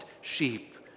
sheep